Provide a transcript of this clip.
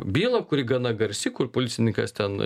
bylą kuri gana garsi kur policininkas ten